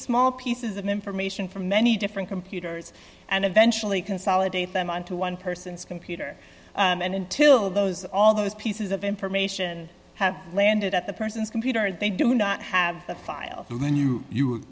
small pieces of information from many different computers and eventually consolidate them onto one person's computer and until those all those pieces of information have landed at the person's computer they do not have the file menu you